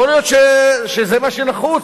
יכול להיות שזה מה שנחוץ,